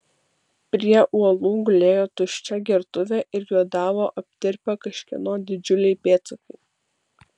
prie uolų gulėjo tuščia gertuvė ir juodavo aptirpę kažkieno didžiuliai pėdsakai